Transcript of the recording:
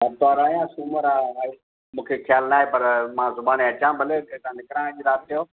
आर्तवार आहे या सूमरु आहे हाणे मूंखे ख्याल न आहे पर मां सुभाणे अचा भले हिता निकरा अॼु राति जो